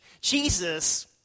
Jesus